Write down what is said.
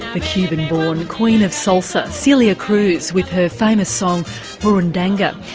the cuban-born queen of salsa, celia cruz, with her famous song burundanga,